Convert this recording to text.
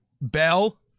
Bell